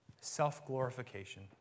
self-glorification